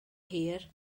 hir